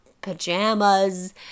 pajamas